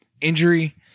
injury